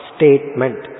Statement